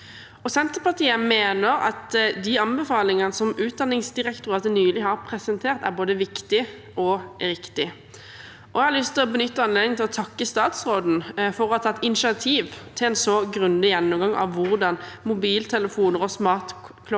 Senterpartiet mener at anbefalingene som Utdanningsdirektoratet nylig har presentert, er både viktige og riktige. Jeg har lyst til å benytte anledningen til å takke statsråden for å ha tatt initiativ til en så grundig gjennomgang av hvordan mobiltelefoner og smartklokker